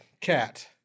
Cat